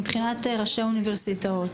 מבחינת ראשי האוניברסיטאות,